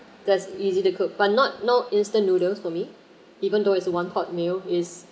that's easy to cook but not no instant noodles for me even though is one pot meal is